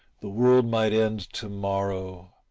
the world might end to-morrow,